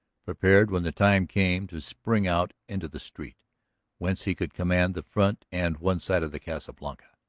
prepared when the time came to spring out into the street whence he could command the front and one side of the casa blanca.